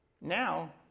now